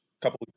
couple